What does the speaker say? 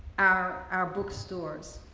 our our bookstores.